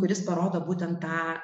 kuris parodo būtent tą